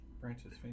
Branches